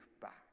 back